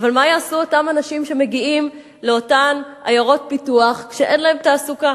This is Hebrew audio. אבל מה יעשו אותם אנשים שמגיעים לאותן עיירות פיתוח כשאין להם תעסוקה?